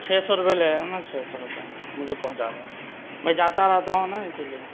چھ سو روپیے لے لینا چھ سو روپیے مجھے پہنچا دینا میں جاتا رہتا ہوں نا اسی لیے